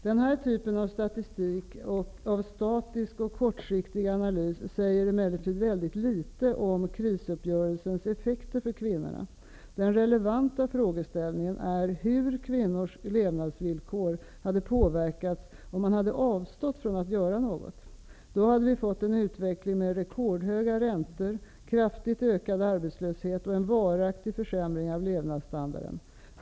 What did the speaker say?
Den här typen av statisk och kortsiktig analys säger emellertid väldigt litet om krisuppgörelsens effekter för kvinnorna. Den relevanta frågeställningen är hur kvinnors levnadsvillkor hade påverkats om man hade avstått från att göra något. Då hade vi fått en utveckling med rekordhöga räntor, kraftigt ökad arbetslöshet och en varaktig försämring av levnadsstandarden.